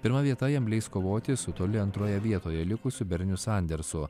pirma vieta jam leis kovoti su toli antroje vietoje likusiu berniu sandersu